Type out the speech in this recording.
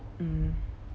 mm